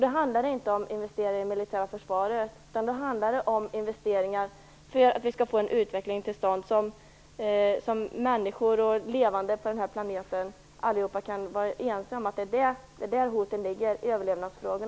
Det handlar inte om investeringar i det militära försvaret utan om investeringar för en utveckling som undanröjer hoten mot människor och andra levande på denna planet. Det handlar om överlevnadsfrågor.